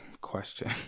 question